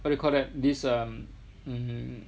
what you call that this um mm